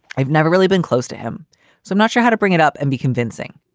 i've never really been close to him, so i'm not sure how to bring it up and be convincing.